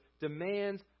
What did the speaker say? demands